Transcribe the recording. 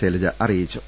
ശൈലജ അറി യിച്ചു